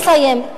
לסיים.